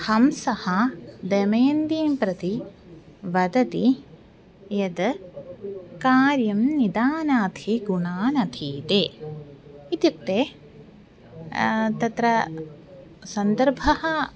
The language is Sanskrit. हंसः दमयन्तीं प्रति वदति यद् कार्यं निदानातिगुणाः नधीते इत्युक्ते तत्र सन्दर्भः